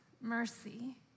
mercy